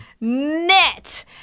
net